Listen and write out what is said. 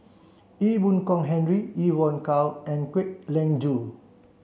Ee Boon Kong Henry Evon Kow and Kwek Leng Joo